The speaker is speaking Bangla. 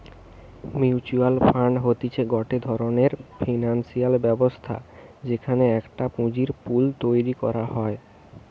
মিউচুয়াল ফান্ড হতিছে গটে ধরণের ফিনান্সিয়াল ব্যবস্থা যেখানে একটা পুঁজির পুল তৈরী করা হয়